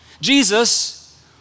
Jesus